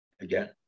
again